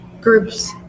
groups